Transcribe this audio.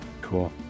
Cool